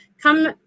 come